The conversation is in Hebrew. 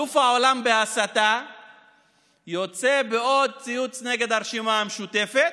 אלוף העולם בהסתה יוצא בעוד ציוץ נגד הרשימה המשותפת,